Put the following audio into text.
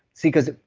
see because,